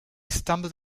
stumbled